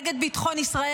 נגד ביטחון ישראל,